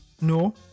no